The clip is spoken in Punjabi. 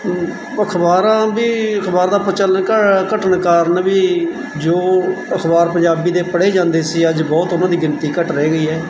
ਅਖਬਾਰਾਂ ਦੀ ਅਖਬਾਰ ਦਾ ਪ੍ਰਚਲਿਕ ਘਟਨਾ ਕਾਰਨ ਵੀ ਜੋ ਅਖਬਾਰ ਪੰਜਾਬੀ ਦੇ ਪੜ੍ਹੇ ਜਾਂਦੇ ਸੀ ਅੱਜ ਬਹੁਤ ਉਹਨਾਂ ਦੀ ਗਿਣਤੀ ਘੱਟ ਰਹਿ ਗਈ ਹੈ